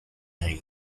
rey